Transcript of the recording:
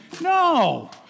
No